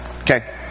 Okay